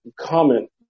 comment